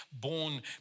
born